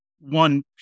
One